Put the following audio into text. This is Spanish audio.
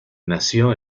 nació